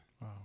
Wow